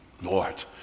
Lord